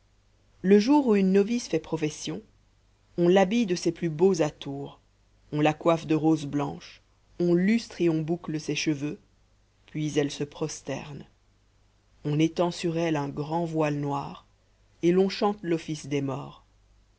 le jour où une novice fait profession on l'habille de ses plus beaux atours on la coiffe de roses blanches on lustre et on boucle ses cheveux puis elle se prosterne on étend sur elle un grand voile noir et l'on chante l'office des morts